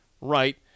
right